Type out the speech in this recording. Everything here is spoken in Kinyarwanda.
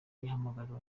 ihamagarira